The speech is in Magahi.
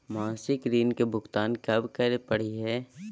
मासिक ऋण के भुगतान कब करै परही हे?